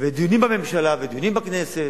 ודיונים בממשלה, ודיונים בכנסת.